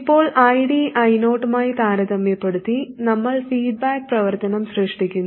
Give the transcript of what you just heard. ഇപ്പോൾ ID I0 മായി താരതമ്യപ്പെടുത്തി നമ്മൾ ഫീഡ്ബാക്ക് പ്രവർത്തനം സൃഷ്ടിക്കുന്നു